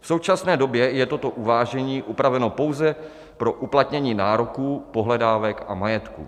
V současné době je toto uvážení upraveno pouze pro uplatnění nároků, pohledávek a majetku.